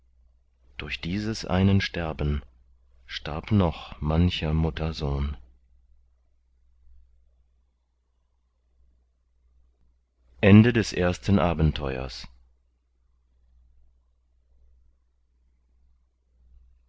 durch dieses einen sterben starb noch mancher mutter sohn zweites abenteuer